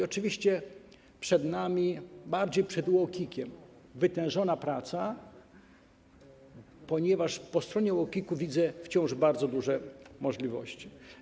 Oczywiście przed nami, bardziej przed UOKiK-iem wytężona praca, ponieważ po stronie UOKiK-u widzę wciąż bardzo duże możliwości.